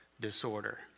disorder